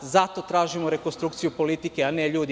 Zato tražimo rekonstrukciju politike, a ne ljudi.